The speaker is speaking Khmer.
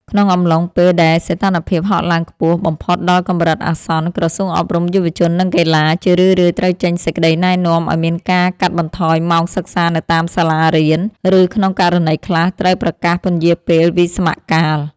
ក្នុងអំឡុងពេលដែលសីតុណ្ហភាពហក់ឡើងខ្ពស់បំផុតដល់កម្រិតអាសន្ន ក្រសួងអប់រំ យុវជន និងកីឡា ជារឿយៗត្រូវចេញសេចក្តីណែនាំឱ្យមានការកាត់បន្ថយម៉ោងសិក្សានៅតាមសាលារៀន ឬក្នុងករណីខ្លះត្រូវប្រកាសពន្យារពេលវិស្សមកាល។